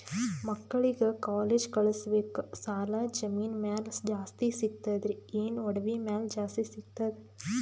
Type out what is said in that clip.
ಮಕ್ಕಳಿಗ ಕಾಲೇಜ್ ಕಳಸಬೇಕು, ಸಾಲ ಜಮೀನ ಮ್ಯಾಲ ಜಾಸ್ತಿ ಸಿಗ್ತದ್ರಿ, ಏನ ಒಡವಿ ಮ್ಯಾಲ ಜಾಸ್ತಿ ಸಿಗತದ?